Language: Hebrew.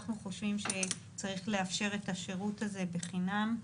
אנחנו חושבים שצריך לאפשר את השירות הזה בחינם.